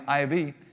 IV